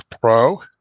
Pro